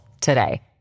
today